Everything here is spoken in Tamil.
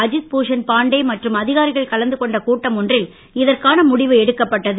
அஜித்பூஷன் பான்டே மற்றும் அதிகாரிகள் கலந்துகொண்ட கூட்டம் ஒன்றில் இதற்கான முடிவு எடுக்கப்பட்டது